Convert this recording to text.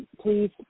Please